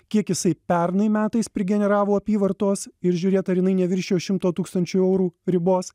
kiek jisai pernai metais prigeneravo apyvartos ir žiūrėt ar jinai neviršijo šimto tūkstančių eurų ribos